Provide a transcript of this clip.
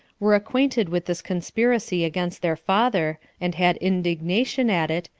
were acquainted with this conspiracy against their father, and had indignation at it,